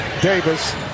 Davis